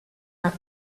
out